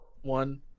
one